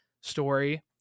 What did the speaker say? story